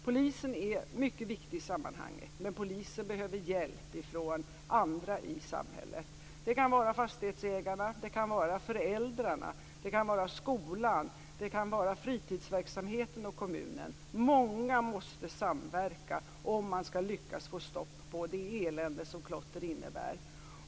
Polisen är mycket viktig i sammanhanget, men polisen behöver hjälp från andra i samhället. Det kan vara fastighetsägarna, föräldrarna, skolan, fritidsverksamheten och kommunen. Många måste samverka om man skall lyckas få stopp på det elände som klotter innebär.